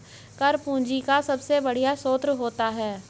कर पूंजी का सबसे बढ़िया स्रोत होता है